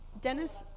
Dennis